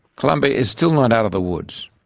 colombia is still not out of the woods.